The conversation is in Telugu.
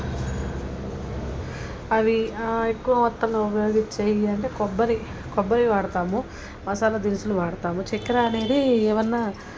అవి ఎక్కువ మొత్తంలో ఏద్ యూజ్ చేయాలంటే కొబ్బరి కొబ్బరి వాడతాము మసాలా దినుసులు వాడతాము చక్కర అనేది ఏమన్నా